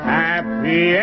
happy